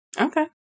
Okay